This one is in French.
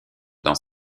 dans